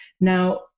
Now